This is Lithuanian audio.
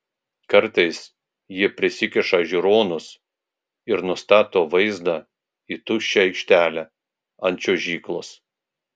kartais ji prisikiša žiūronus ir nustato vaizdą į tuščią aikštelę ant čiuožyklos